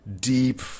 deep